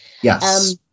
Yes